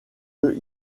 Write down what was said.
the